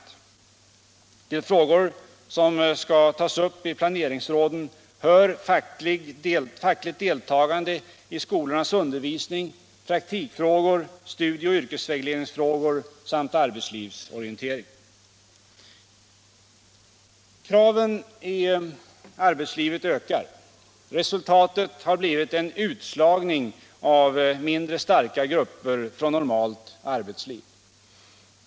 Till frågor som skall tas upp i planeringsråden hör fackligt deltagande i skolornas undervisning, praktikfrågor, studie och yrkesvägledningsfrågor samt arbetslivsorientering. Kraven i arbetslivet ökar. Resultatet har blivit en utslagning av mindre starka grupper från normalt arbetsliv.